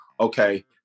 okay